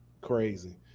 Crazy